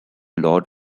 lord